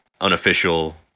unofficial